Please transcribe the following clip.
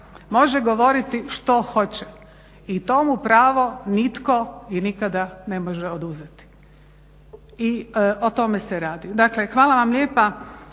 može govoriti što hoće i to mu pravo nitko nikada ne može oduzeti. O tome se radi. Dakle hvala vam lijepa